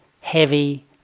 heavy